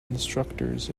instructors